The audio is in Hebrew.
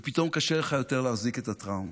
ופתאום קשה לך יותר להחזיק את הטראומה.